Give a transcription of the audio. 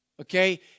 okay